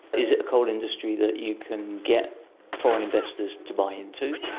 is it a coal industry that you can get foreign investors to buy into?